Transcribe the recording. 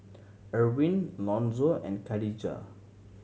Erwin Lonzo and Kadijah